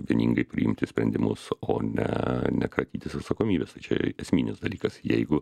vieningai priimti sprendimus o ne ne kratytis atsakomybės tai čia esminis dalykas jeigu